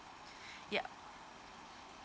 yup